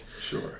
sure